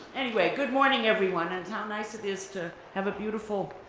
anyway, good morning everyone, and how nice it is to have a beautiful